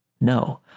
No